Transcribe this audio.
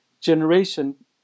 generation